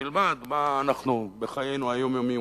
ושילמד מה אנחנו עושים בחיינו היומיומיים,